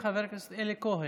חבר הכנסת אלי כהן.